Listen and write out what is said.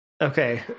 Okay